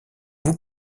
vous